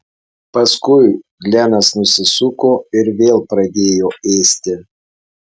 paskui glenas nusisuko ir vėl pradėjo ėsti